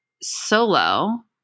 solo